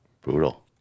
Brutal